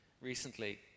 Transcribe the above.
recently